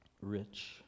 rich